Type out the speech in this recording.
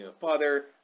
father